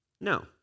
No